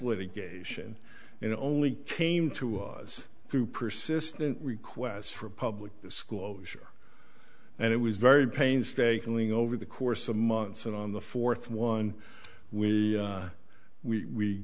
litigation in only came to us through persistent requests for public disclosure and it was very painstakingly over the course of months and on the fourth one we